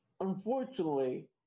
unfortunately